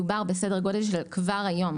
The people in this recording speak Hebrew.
מדובר כבר היום,